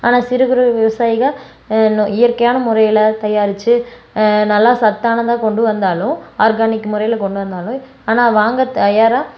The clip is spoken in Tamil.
ஆனால் சிறு குறு விவசாயிலாம் இயற்கையான முறையில தயாரித்து நல்லா சத்தானதாக கொண்டு வந்தாலும் ஆர்கானிக் முறையில கொண்டு வந்தாலும் ஆனால் வாங்க தயாராக